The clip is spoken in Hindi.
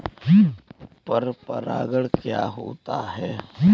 पर परागण क्या होता है?